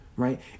Right